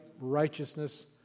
righteousness